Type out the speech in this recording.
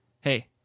Hey